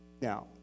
Now